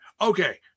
okay